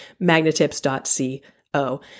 magnetips.co